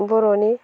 बर'नि